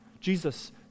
Jesus